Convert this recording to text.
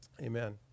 Amen